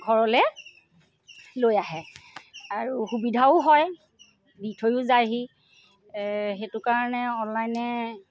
ঘৰলৈ লৈ আহে আৰু সুবিধাও হয় দি থৈও যায়হি সেইটো কাৰণে অনলাইনে